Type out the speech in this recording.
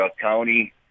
County